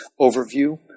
overview